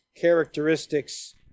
characteristics